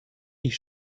ich